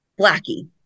Blackie